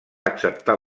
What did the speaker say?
acceptar